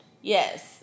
yes